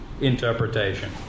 interpretation